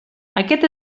aquest